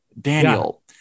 Daniel